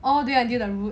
all of it